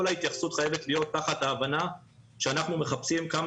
כל ההתייחסות חייבת להיות תחת ההבנה שאנחנו מחפשים כמה